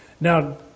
Now